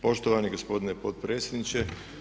Poštovani gospodine potpredsjedniče.